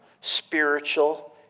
spiritual